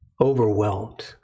overwhelmed